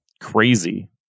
Crazy